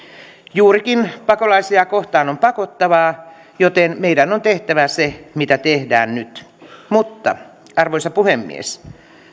juurikin pakolaisia kohtaan on pakottavaa joten meidän on tehtävä se mitä tehdään nyt mutta arvoisa puhemies